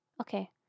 okay